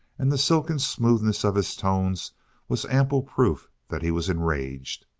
and the silken smoothness of his tones was ample proof that he was enraged.